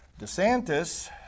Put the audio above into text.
DeSantis